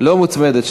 לא מוצמדת,